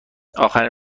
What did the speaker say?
اخرین